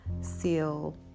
seal